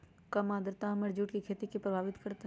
कम आद्रता हमर जुट के खेती के प्रभावित कारतै?